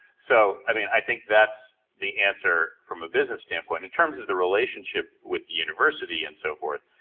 so i mean i think that's the answer from a business standpoint. in terms of the relationship with the university and so forth,